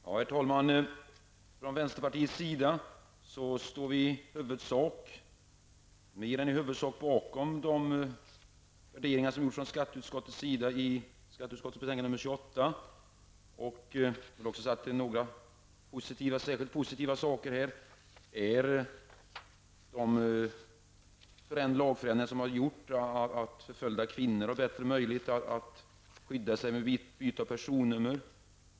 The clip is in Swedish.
Herr talman! Från vänsterpartiets sida står vi i huvudsak bakom värderingarna som har gjorts från skatteutskottets sida i skatteutskottets betänkande nr 28. Det finns några särskilt positiva punkter. Det gäller de lagändringar som har gjorts som gör att förföljda kvinnor har bättre möjligheter att skydda sig med hjälp av byte av personnummer.